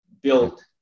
built